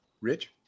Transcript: Rich